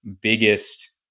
biggest